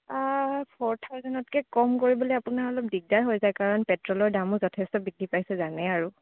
four থাউজেনতকৈ কম কৰিবলৈ আপোনাৰ অলপ দিগদাৰ হৈ যায় কাৰণ পেট্ৰলৰ দামো যথেষ্ট বৃদ্ধি পাইছে জানেই আৰু